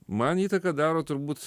man įtaką daro turbūt